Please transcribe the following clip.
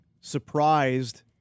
surprised